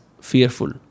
fearful